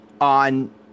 on